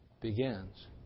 begins